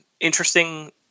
interesting